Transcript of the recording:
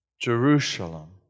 Jerusalem